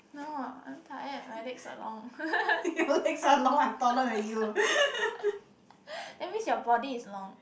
no I'm tired my legs are long that means your body is long